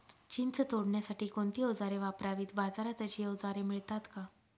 चिंच तोडण्यासाठी कोणती औजारे वापरावीत? बाजारात अशी औजारे मिळतात का?